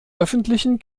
öffentlichen